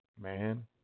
Man